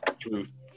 truth